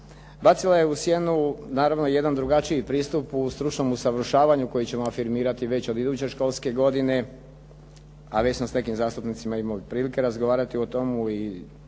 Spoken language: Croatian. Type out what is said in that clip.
Bacila je u sjenu naravno i jedan drugačiji pristup u stručnom usavršavanju koji ćemo afirmirati već od iduće školske godine a već sam sa nekim zastupnicima imao i prilike razgovarati o tome